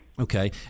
Okay